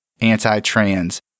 anti-trans